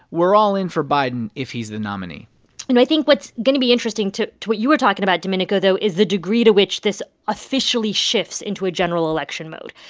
we're all in for biden if he's the nominee you know, i think what's going to be interesting, to to what you were talking about, domenico, though, is the degree to which this officially shifts into a general election mode.